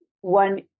one